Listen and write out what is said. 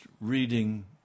reading